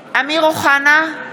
(קוראת בשמות חברי הכנסת) אמיר אוחנה,